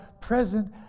present